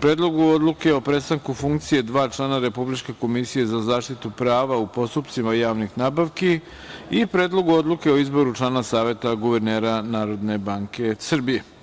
Predlogu odluke o prestanku funkcije dva člana Republička komisija za zaštitu prava u postupcima javnih nabavki i Predlog odluke o izboru člana Saveta guvernera Narodne banke Srbije.